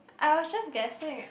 I was just guessing